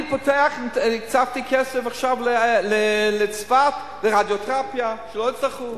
הצעתי כסף עכשיו לצפת לרדיותרפיה, שלא יצטרכו.